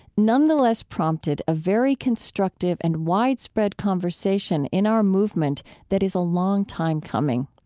nonetheless prompted a very constructive and widespread conversation in our movement that is a long time coming,